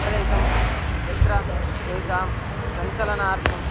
प्रदेशं यत्र तेषां सञ्चलनार्थं